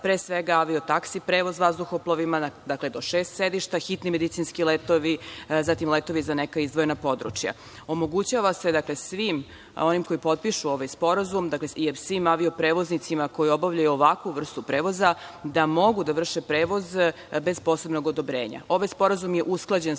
pre svega avio-taksi, prevoz vazduhoplovima, dakle, do šest sedišta, hitni medicinski letovi, zatim letovi za neka izdvojena područja. Omogućava se dakle svim onim koji potpišu ovaj sporazum, svim avio-prevoznicima koji obavljaju ovakvu vrstu prevoza, da mogu da vrše prevoz bez posebnog odobrenja. Ovaj sporazum je usklađen sa svim